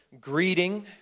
greeting